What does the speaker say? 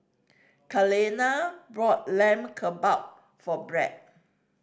Kaleena bought Lamb Kebab for Bret